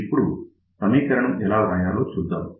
ఇప్పుడు సమీకరణం ఎలా రాయాలో చూద్దాం